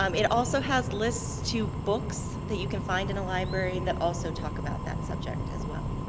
um it also has lists to books that you can find in the library that also talk about that subject as well.